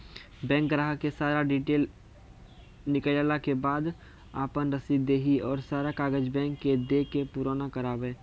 Bank ग्राहक के सारा डीटेल निकालैला के बाद आपन रसीद देहि और सारा कागज बैंक के दे के पुराना करावे?